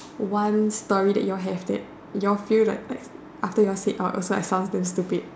one story that you all have that you all feel like like after you all said out also like sounds damn stupid